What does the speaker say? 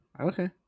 Okay